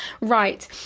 Right